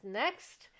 next